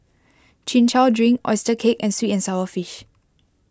Chin Chow Drink Oyster Cake and Sweet and Sour Fish